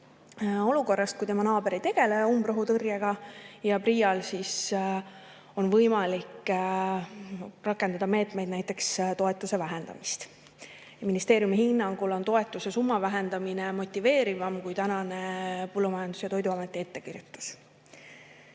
olukorrast, kui tema naaber ei tegele umbrohutõrjega, ja PRIA-l on võimalik rakendada meetmeid, näiteks toetuse vähendamist. Ministeeriumi hinnangul on toetuse summa vähendamine motiveerivam kui tänane Põllumajandus‑ ja Toiduameti ettekirjutus.